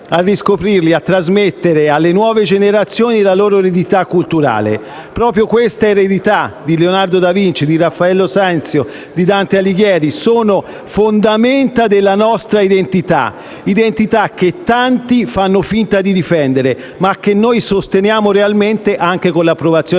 a riscoprirli e a trasmettere alle nuove generazioni la loro eredità culturale. Le eredità di Leonardo da Vinci, Raffaello Sanzio e Dante Alighieri sono le fondamenta della nostra identità, che tanti fanno finta di difendere, ma che noi sosteniamo realmente anche con l'approvazione